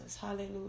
hallelujah